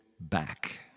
back